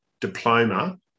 diploma